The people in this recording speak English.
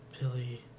Billy